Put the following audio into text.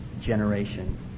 generation